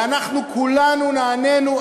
ואנחנו כולנו נענינו,